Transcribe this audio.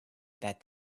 that